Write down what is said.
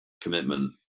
commitment